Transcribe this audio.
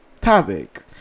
topic